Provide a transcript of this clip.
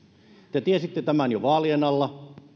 te tiesitte tämän jo vaalien alla